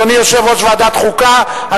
אדוני יושב-ראש ועדת החוקה,